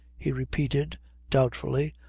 he repeated doubtfully.